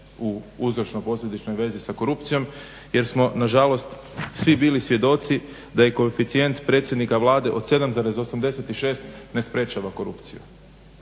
u uzročno-posljedičnoj vezi sa korupcijom jer smo nažalost svi bili svjedoci da je koeficijent predsjednika Vlade od 7,86 ne sprječava korupciju.